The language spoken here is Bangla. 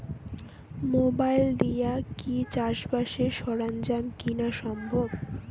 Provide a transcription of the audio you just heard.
মোবাইল দিয়া কি চাষবাসের সরঞ্জাম কিনা সম্ভব?